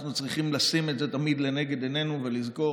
אנחנו צריכים לשים את זה תמיד נגד עינינו ולזכור